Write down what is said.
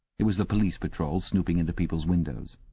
it was the police patrol, snooping into people's windows.